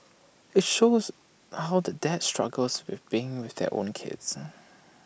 IT shows how the dads struggles with being with their own kids